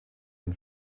und